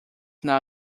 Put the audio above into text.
now